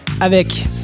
avec